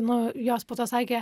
nuo jos po to sakė